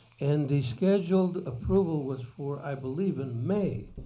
and the scheduled approval was for i believe in may.